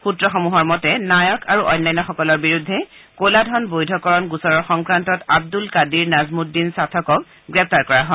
সূত্ৰসমূহৰ মতে নায়ক আৰু অন্যান্যসকলৰ বিৰুদ্ধে কলা ধন বৈধ কৰা গোচৰৰ সংক্ৰান্তত আব্দুল কাদিৰ নাজমুদ্দিন সাথকক গ্ৰেপ্তাৰ কৰা হয়